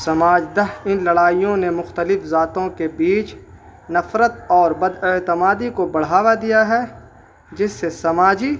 سماجدہ ان لڑائیوں نے مختلف ذاتوں کے بیچ نفرت اور بد اعتمادی کو بڑھاوا دیا ہے جس سے سماجی